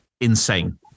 insane